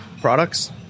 products